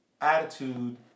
attitude